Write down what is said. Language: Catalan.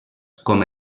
com